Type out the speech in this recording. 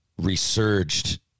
resurged